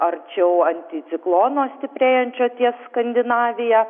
arčiau anticiklono stiprėjančio ties skandinavija